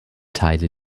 teile